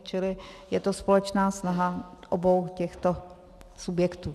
Čili je to společná snaha obou těchto subjektů.